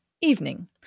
Evening